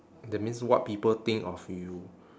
that means what people think of you